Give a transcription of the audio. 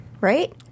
Right